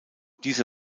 diese